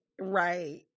right